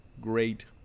great